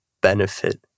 benefit